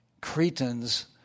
Cretans